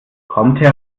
kommt